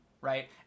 right